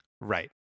Right